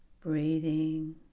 Breathing